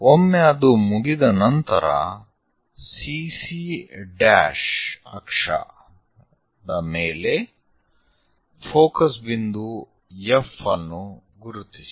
ಒಮ್ಮೆ ಅದು ಮುಗಿದ ನಂತರ CC ನ ಮೇಲೆ ಫೋಕಸ್ ಬಿಂದು F ಅನ್ನು ಗುರುತಿಸಿ